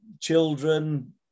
children